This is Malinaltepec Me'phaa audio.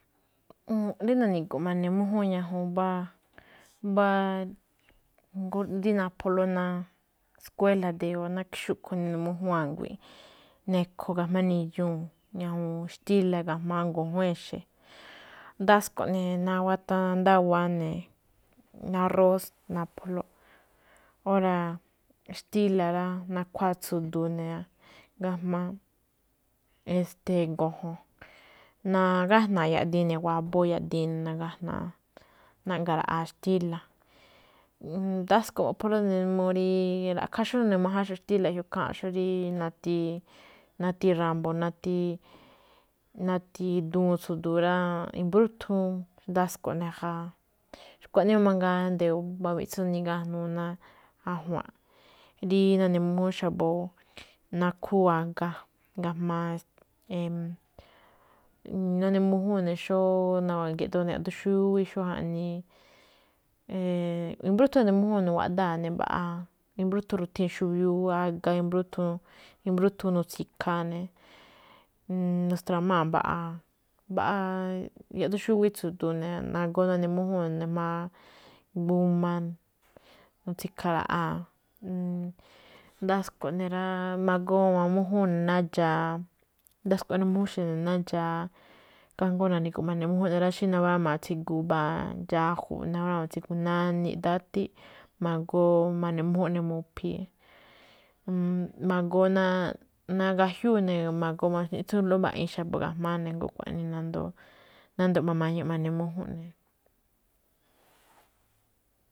Rí na̱ni̱gu̱ꞌ ma̱ne̱ mújúnꞌ ñajuun mbá, mbá rí napholóꞌ ná skuéla̱ ndi̱yu̱u̱ mákhí xúꞌkhue̱n nene̱ mújúún a̱nguii̱nꞌ. Nekho ga̱jma̱á nindxuu̱n, ña̱wu̱u̱n xtíla̱ ga̱jma̱á go̱jo̱n exe̱ ndásko̱ne̱. Nawatandáwa̱á ne̱, jma̱á arrós, napholóꞌ. Óra̱ xtíla̱ rá, nakhuáa tsu̱du̱u̱ ne̱, ga̱jma̱á estee go̱jo̱n. Nagájna̱a̱ yaꞌdiin ne̱ waboo, nagájna̱a̱, na̱ꞌga̱ ra̱ꞌaa xtíla̱. Ndasko̱ mo̱ꞌpholóꞌ ne̱, n uu rí ra̱ꞌkhá xó none̱ májánxo̱ꞌ xtíla̱ ge̱jioꞌ ikháanxo̱ꞌ, rí nati, nati ra̱mbo̱, nati duun tsu̱du̱u̱ ne̱ rá i̱mbrúthun ndasko̱ ne̱ ja. Xkuaꞌnii máꞌ nde̱yo̱o̱ mbá miꞌtsún nigájnuu ná ajua̱nꞌ, rí nune̱ mújúún xa̱bo̱ nakhúu a̱ga̱, ga̱jma̱á nune̱ mújúun ne̱ xó, nawage̱ꞌdoo ne̱ yaꞌduun xúwí, xó jaꞌnii. i̱mbrúthun ene̱ mújúún ne̱, nawaꞌdaa̱ ne̱ mbaꞌa, i̱mbrúthun i̱ruthii̱n xubiuu a̱ga̱, i̱mbrúthun, i̱mbrúthun nu̱tsi̱kha̱a̱ ne̱. Nu̱stra̱maa̱ mbaꞌa, mbaꞌa yaꞌduun xúwí tsu̱du̱u̱ ne̱, nagoo nune̱ mújúu̱n ne̱ ga̱jma̱á g a, nu̱tsi̱kha̱ ra̱ꞌa̱a̱, ndasko̱ꞌ ne̱ rá. Ma̱goo ma̱gu̱ma mújúun ne̱ ná ndxa̱a̱, ndasko̱ꞌ nune̱ mújúún ne̱ ná ndxa̱a̱, kajngó na̱ni̱gu̱ꞌ ma̱ne̱ mújúnꞌ ne̱ rá, xí naráma̱a̱ꞌ tsigu mbáa dxáju̱ꞌ, naráma̱a̱ꞌ tsiguu náni̱ꞌ, tátíꞌ, magoo ma̱ne̱ mújúnꞌ ne̱ mu̱phi̱i̱. Magoo, na- nagajiúu ne̱, ma̱goo ma̱xníꞌtsúún mbaꞌiin xa̱bo̱ ga̱jma̱á ne̱, jngó xkuaꞌnii nandoo. Nando̱ꞌ ma̱ma̱ñuꞌ ma̱ne mújún ne̱.